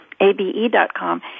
A-B-E.com